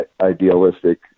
idealistic